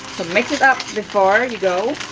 mix it up before you go.